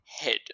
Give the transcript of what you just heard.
head